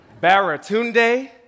Baratunde